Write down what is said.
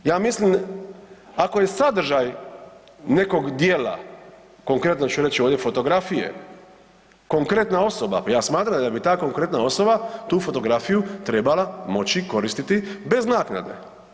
Ja mislim, ako je sadržaj nekog djela konkretno ću reći ovdje, fotografije, konkretna osoba, ja smatram da bi ta konkretna osoba tu fotografiju trebala moći koristiti bez naknade.